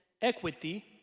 equity